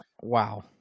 Wow